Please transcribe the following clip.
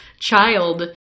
child